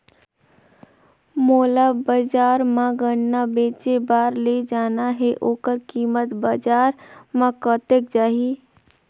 मोला बजार मां गन्ना बेचे बार ले जाना हे ओकर कीमत बजार मां कतेक जाही?